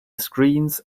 screens